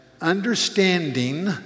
understanding